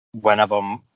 whenever